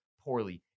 poorly